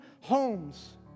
homes